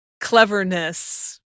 cleverness